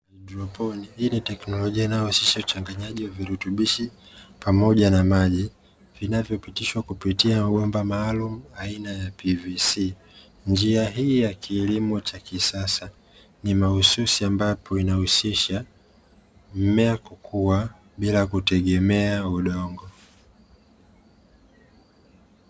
Haidroponi hii ni teknolojia inayo husisha uchanganyaji wa virutubisho pamoja na maji, vinavyopitishwa kupitia mabomba maalumu aina ya “PVC”. Njia hii ya kilimo cha kisasa ni mahususi ambapo inahusisha mimea kukua bila kutegeme udongo.